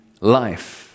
life